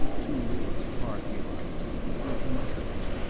too late, bart realized he had been tricked.